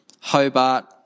Hobart